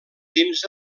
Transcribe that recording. dins